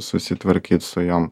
susitvarkyt su jom